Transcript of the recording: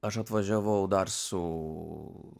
aš atvažiavau dar su